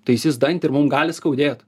taisys dantį ir mum gali skaudėt